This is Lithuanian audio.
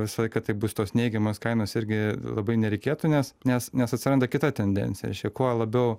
visą laiką taip bus tos neigiamos kainos irgi labai nereikėtų nes nes nes atsiranda kita tendencija kuo labiau